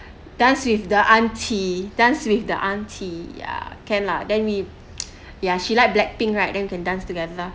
dance with the auntie dance with the auntie ya can lah then we ya she liked black pink right then we can dance together